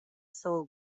soul